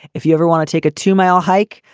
if you ever want to take a two mile hike,